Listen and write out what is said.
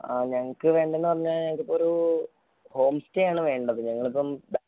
ആ ഞങ്ങൾക്ക് വേണ്ടതെന്ന് പറഞ്ഞാൽ ഇപ്പോൾ ഒരു ഹോം സ്റ്റേ ആണ് വേണ്ടത് ഞങ്ങളിപ്പം